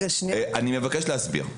אני מבקש להסביר.